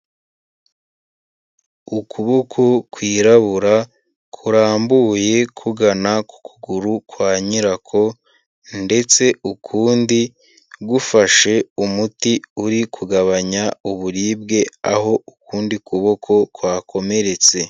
Ukuboko kwirabura kurambuye kugana ku kuguru kwa nyirako ndetse ukundi gufashe umuti uri kugabanya uburibwe aho ukundi kuboko kwakomeretse.